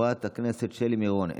חברת הכנסת שלי מירון,